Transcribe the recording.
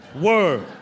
Word